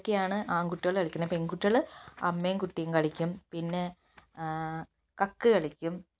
ഇതൊക്കെയാണ് ആൺകുട്ടികൾ കളിക്കുന്നത് പെൺകുട്ടികള് അമ്മയും കുട്ടിയും കളിക്കും പിന്നെ ആ കക്ക് കളിക്കും